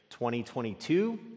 2022